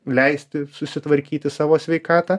leisti susitvarkyti savo sveikatą